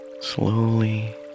slowly